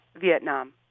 Vietnam